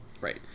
Right